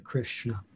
Krishna